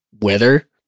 weather